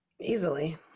easily